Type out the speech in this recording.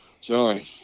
Sorry